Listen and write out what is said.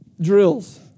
drills